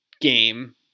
game